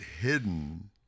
hidden